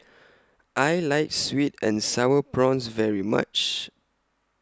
I like Sweet and Sour Prawns very much